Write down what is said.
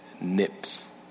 nips